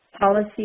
policy